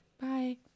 Bye